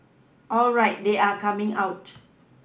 alright they are coming out